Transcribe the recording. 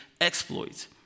exploits